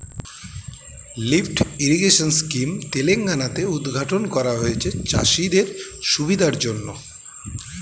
lift irrigation scheme Telangana তে উদ্ঘাটন করা হয়েছে চাষিদের সুবিধার জন্যে